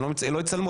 שלא יצלמו?